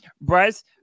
bryce